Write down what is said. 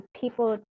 people